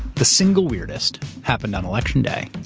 the single weirdest happened on election day.